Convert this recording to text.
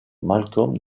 malcolm